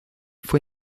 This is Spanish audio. fue